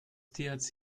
thc